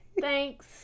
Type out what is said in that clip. Thanks